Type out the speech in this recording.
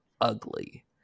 ugly